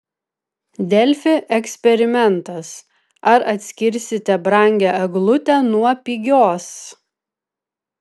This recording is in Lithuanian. delfi eksperimentas ar atskirsite brangią eglutę nuo pigios